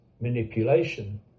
manipulation